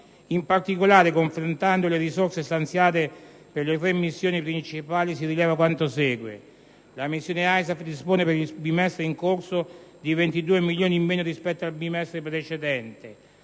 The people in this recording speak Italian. In particolare, confrontando le risorse stanziate per le tre missioni principali, si rileva quanto segue: la missione ISAF dispone per il bimestre in corso di 22 milioni di euro in meno rispetto al bimestre precedente;